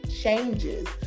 changes